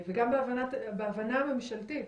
וגם בהבנה ממשלתית,